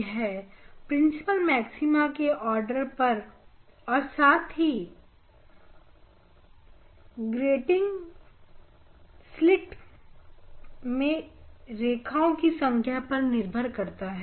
यह principal maxima के order पर और साथ ही साथ ग्रीटिंग स्लिट मे रेखाओं की संख्या पर निर्भर करता है